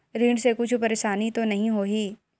ऋण से कुछु परेशानी तो नहीं होही?